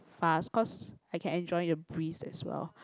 fast cause I can enjoy the breeze as well